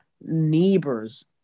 neighbors